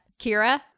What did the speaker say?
Kira